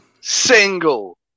single